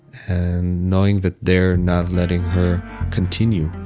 and knowing that they're not letting her continue